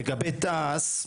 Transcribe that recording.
לגבי תעש,